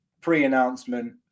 pre-announcement